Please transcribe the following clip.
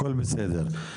הכול בסדר.